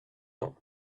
temps